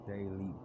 Daily